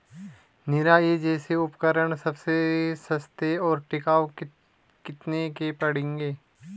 निराई जैसे उपकरण सबसे सस्ते और टिकाऊ कितने के पड़ेंगे?